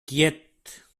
quiet